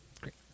great